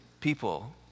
people